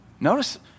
Notice